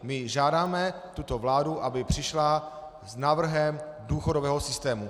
My žádáme tuto vládu, aby přišla s návrhem důchodového systému.